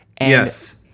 Yes